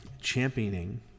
championing